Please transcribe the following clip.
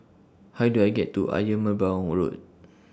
How Do I get to Ayer Merbau Road